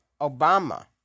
Obama